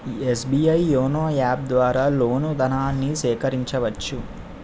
SBI YONO app ద్వారా loan ధనాన్ని సేకరించవచ్చు